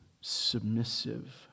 submissive